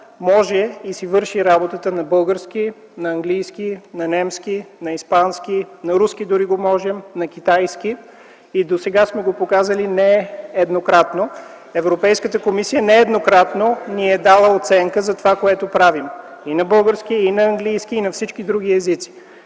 може и си върши работата на български, на английски, на немски, на испански, на руски дори го можем, на китайски език. Досега сме го показали нееднократно. Европейската комисия нееднократно ни е дала оценка за това, което правим – и на български, и на английски, и на всички други езици.